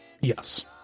Yes